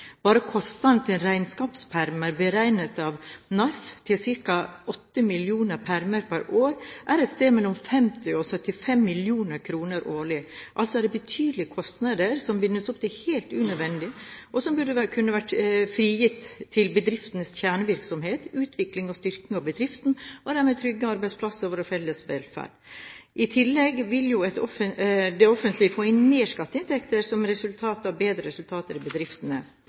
Bare kostnader til regnskapspermer, beregnet av NARF til ca. 8 millioner permer per år, er på et sted mellom 50 og 75 mill. kr årlig. Altså er det betydelige kostnader som bindes opp helt unødvendig, og som burde og kunne vært frigitt til bedriftenes kjernevirksomhet: utvikling og styrking av bedriftene og dermed trygge arbeidsplasser og vår felles velferd. I tillegg vil det offentlige få inn mer skatteinntekter som resultat av bedre resultater i bedriftene